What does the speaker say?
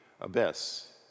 abyss